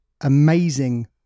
amazing